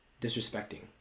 Disrespecting